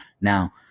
Now